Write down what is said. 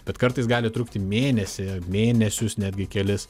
bet kartais gali trukti mėnesį mėnesius netgi kelis